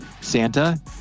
Santa